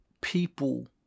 people